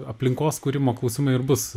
aplinkos kūrimo klausimai ir bus